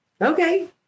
okay